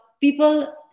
people